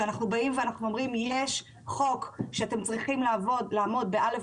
אנחנו באים ואומרים: יש חוק ואתם צריכים לעמוד ב-א',